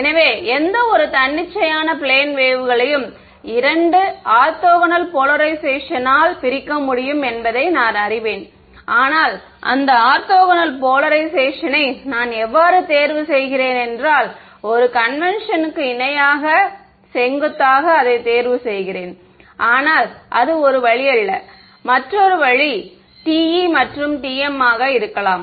எனவே எந்தவொரு தன்னிச்சையான பிளேன் வேவ்களையும் இரண்டு ஆர்த்தோகனல் போலரைசேஷன் ஆல் பிரிக்க முடியும் என்பதை நான் அறிவேன் ஆனால் அந்த ஆர்த்தோகனல் போலரைசேஷனை நான் எவ்வாறு தேர்வு செய்கிறேன் என்றால் ஒரு கன்வென்சன்க்கு இணையாக செங்குத்தாக அதை தேர்வு செய்கிறேன் ஆனால் அது ஒரே வழி அல்ல மற்றொரு வழி TE மற்றும் TM ஆக இருக்கலாம்